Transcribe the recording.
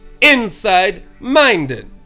inside-minded